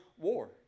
war